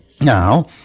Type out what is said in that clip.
Now